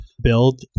build